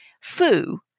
Fu